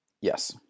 Yes